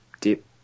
dip